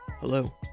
Hello